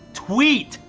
tweet.